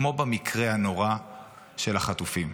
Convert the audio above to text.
כמו במקרה הנורא של החטופים.